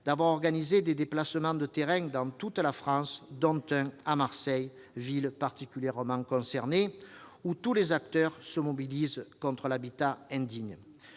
d'avoir organisé des déplacements de terrain dans toute la France, dont un à Marseille, ville particulièrement concernée où tous les acteurs se mobilisent contre l'habitat indigne.